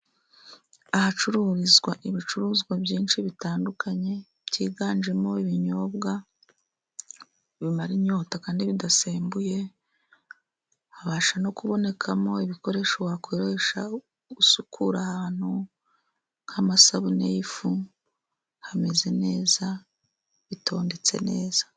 Ahacururizwa ibicuruzwa byinshi bitandukanye byiganjemo ibinyobwa bimara inyota kandi bidasembuye. Habasha no kubonekamo ibikoresho wakoresha usukura ahantu nk'amasabune y'ifu hameze neza bitondetse neza.